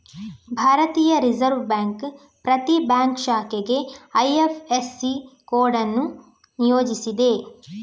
ಭಾರತೀಯ reserve bank ಪ್ರತಿ bank ಶಾಖೆಗೆ ಐ.ಎಫ್.ಎಸ್.ಸಿ ಕೋಡ್ ಅನ್ನು ನಿಯೋಜಿಸಿದೆ